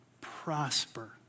Prosper